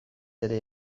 ere